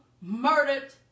murdered